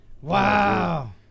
Wow